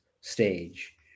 stage